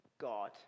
God